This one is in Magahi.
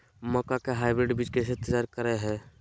मक्का के हाइब्रिड बीज कैसे तैयार करय हैय?